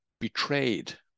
betrayed